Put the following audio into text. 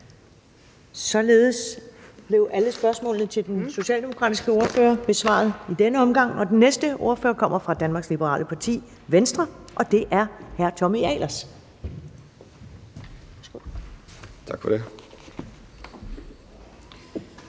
Således blev alle spørgsmålene til den socialdemokratiske ordfører besvaret i denne omgang. Den næste ordfører kommer fra Danmarks Liberale Parti, Venstre, og det er hr. Tommy Ahlers. Værsgo. Kl.